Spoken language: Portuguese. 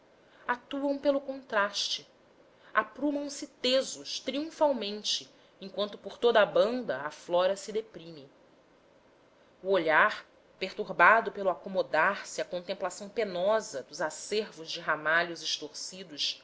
atuam pelo contraste aprumam se tesos triunfalmente enquanto por toda a banda a flora se deprime o olhar perturbado pelo acomodar se à contemplação penosa dos acervos de ramalhos estorcidos